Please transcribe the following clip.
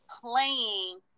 playing